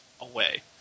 away